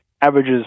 averages